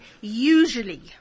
usually